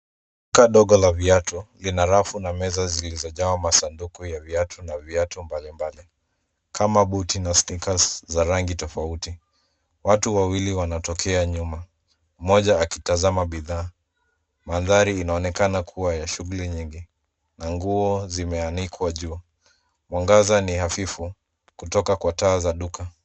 Duka dogo la viatu lina rafu na meza zilizojaa masunduku ya viatu na viatu mbalimbali kama buti na sneakers za rangi tofauti. Watu wawili wanatokea nyuma, mmoja akitazama bidhaa. Mandhari inaonekana kuwa ya shughuli nyingi na nguo zimeanikwa juu. Mwangaza ni hafifu kutoka kwa taa za duka.